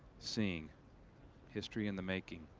seeing history in the making.